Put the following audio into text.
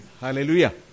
Hallelujah